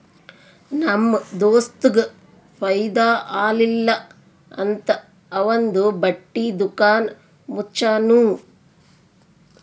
ನಮ್ ದೋಸ್ತಗ್ ಫೈದಾ ಆಲಿಲ್ಲ ಅಂತ್ ಅವಂದು ಬಟ್ಟಿ ದುಕಾನ್ ಮುಚ್ಚನೂ